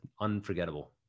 Unforgettable